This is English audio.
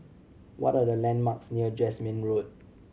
what are the landmarks near Jasmine Road